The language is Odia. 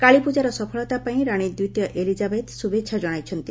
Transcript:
କାଳୀପ୍ରଜାର ସଫଳତାପାଇଁ ରାଣୀ ଦ୍ୱିତୀୟ ଏଲିଜାବେଥ୍ ଶୁଭେଛା ଜଣାଇଛନ୍ତି